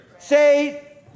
Say